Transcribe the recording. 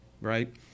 right